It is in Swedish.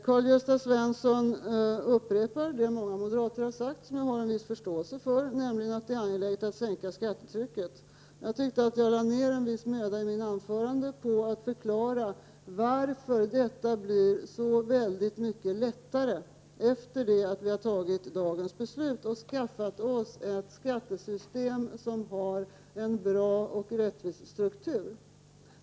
Karl-Gösta Svenson upprepade det som många moderater har sagt och som jag har en viss förståelse för, nämligen att det är angeläget att sänka skattetrycket. Jag lade ned en viss möda i mitt anförande på att förklara varför skattetrycket blir så mycket lättare efter det att vi har fattat dagens beslut och infört ett skattesystem som har en bra och rättvis struktur.